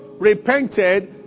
repented